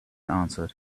answered